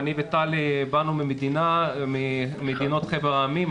אני וטלי באנו ממדינות חבר העמים,